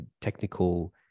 technical